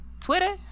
Twitter